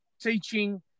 teaching